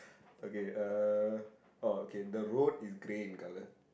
okay uh oh okay the road is grey in colour